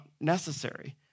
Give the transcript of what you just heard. necessary